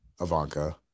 Ivanka